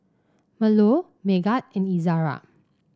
Melur Megat and Izara